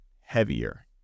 heavier